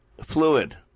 fluid